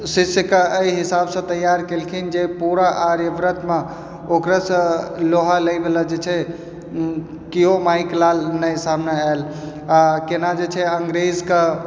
शिष्यकेँ एहि हिसाबसँ तैयार केलखिन जे पूरा आर्यावर्तमे ओकरासँ लोहा लैवला जे छै किओ माइके लाल नहि सामने आयल आ केना जे छै अंग्रेजके